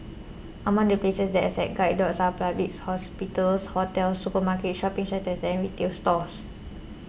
among the places that accept guide dogs are public hospitals hotels supermarkets shopping centres and retail stores